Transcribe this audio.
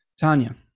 Tanya